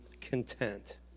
content